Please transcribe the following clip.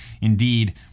Indeed